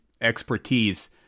expertise